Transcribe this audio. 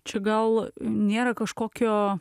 čia gal nėra kažkokio